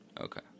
Okay